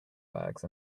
bags